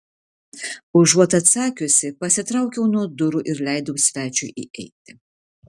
užuot atsakiusi pasitraukiau nuo durų ir leidau svečiui įeiti